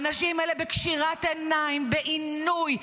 האנשים האלה בקשירת עיניים, בעינוי,